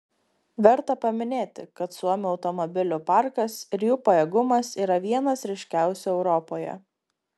verta paminėti kad suomių automobilių parkas ir jų pajėgumas yra vienas ryškiausių europoje